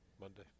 Monday